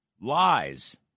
Lies